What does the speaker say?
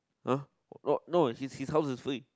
!huh! not no his house is free